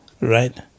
right